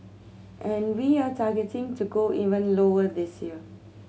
and we are targeting to go even lower this year